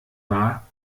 war